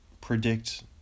Predict